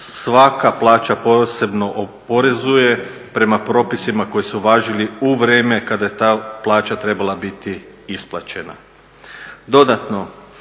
svaka plaća posebno oporezuje prema propisima koji su važili u vrijeme kada je ta plaća trebala biti isplaćena. Dodatno,